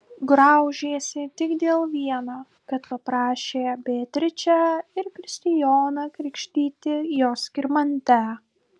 graužėsi tik dėl vieno kad paprašė beatričę ir kristijoną krikštyti jos skirmantę